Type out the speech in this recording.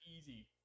easy